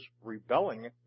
rebelling